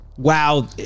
Wow